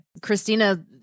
Christina